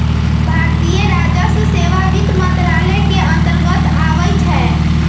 भारतीय राजस्व सेवा वित्त मंत्रालय के अंतर्गत आबइ छै